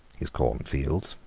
his cornfields,